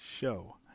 Show